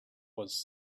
was